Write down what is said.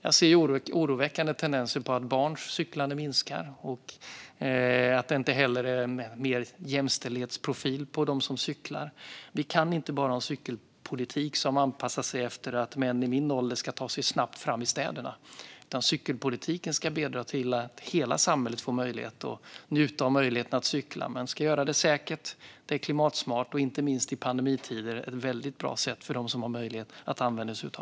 Jag ser oroväckande tendenser till att barns cyklande minskar. Det är inte heller riktigt jämställt när det gäller cykling. Vi kan inte ha en cykelpolitik som bara anpassar sig efter att män i min ålder ska ta sig snabbt fram i städerna. Cykelpolitiken ska bidra till att människor i hela samhället kan njuta av möjligheten att cykla. Man ska kunna göra det säkert. Det är klimatsmart, och inte minst i pandemitider är cykling väldigt bra för dem som har möjlighet att cykla.